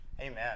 Amen